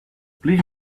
please